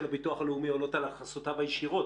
הביטוח הלאומי עולות על הכנסותיו הישירות,